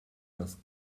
das